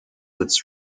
its